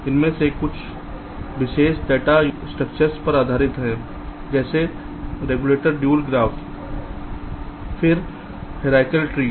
उनमें से कुछ कुछ विशेष डाटा स्ट्रक्चर्स पर आधारित हैं जैसे रेक्टेंगुलर ड्यूल ग्राफ फिर हीरार्चिकल ट्री